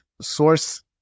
source